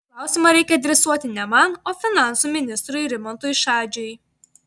klausimą reikia adresuoti ne man o finansų ministrui rimantui šadžiui